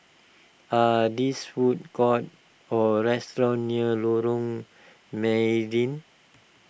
are this food courts or restaurants near Lorong Mydin